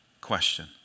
question